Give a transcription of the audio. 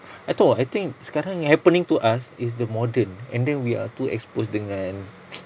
tak tahu ah I think sekarang happening to us is the modern and then we are too exposed dengan